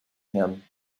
him